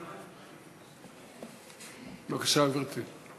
בבקשה, גברתי.